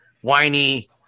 whiny